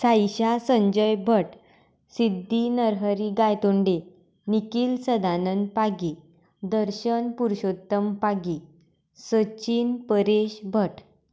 Saisha Sanjay Bhat Siddhi Narhari Gaitonde Nikhil Sadanand Pagi Darshan Purushottam Pagi Sachin Paresh but